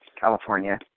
California